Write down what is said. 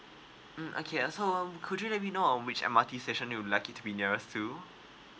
mm okay uh so um could you let me know um which M_R_T station you would like it to be nearest to